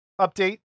update